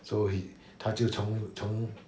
so he 他就从从